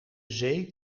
zee